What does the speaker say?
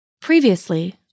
Previously